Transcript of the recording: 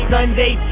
Sunday